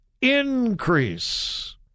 increase